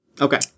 Okay